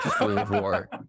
war